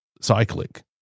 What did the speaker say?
cyclic